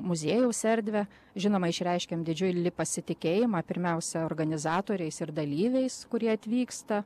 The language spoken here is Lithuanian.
muziejaus erdvę žinoma išreiškiam didžiulį pasitikėjimą pirmiausia organizatoriais ir dalyviais kurie atvyksta